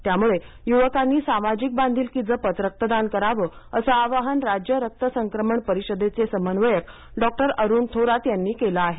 त्यामुळे युवकांनी सामाजिक बांधिलकी जपत रक्तदान करावे असं आवाहन राज्य रक्त संक्रमण परिषदेचे समन्वयक डॉक्टर अरुण थोरात यांनी केलं आहे